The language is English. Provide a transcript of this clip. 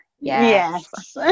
Yes